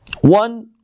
one